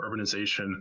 urbanization